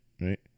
right